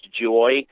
joy